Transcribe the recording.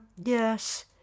yes